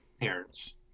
parents